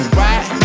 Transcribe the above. right